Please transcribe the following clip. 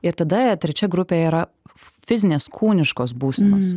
ir tada trečia grupė yra fizinės kūniškos būsenos